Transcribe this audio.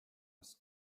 plus